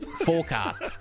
Forecast